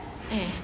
eh